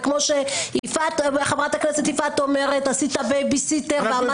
וכמו שחברת הכנסת יפעת אומרת: עשית בייביסיטר ועמדת בסופר וכו',